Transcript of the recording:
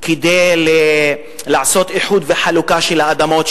כדי לעשות איחוד וחלוקה של האדמות,